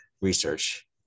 research